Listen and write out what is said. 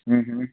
हूं हूं